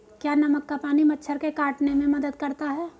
क्या नमक का पानी मच्छर के काटने में मदद करता है?